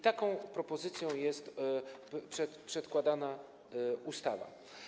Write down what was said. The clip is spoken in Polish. Taką propozycją jest przedkładana ustawa.